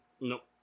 Nope